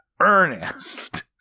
ernest